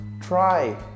try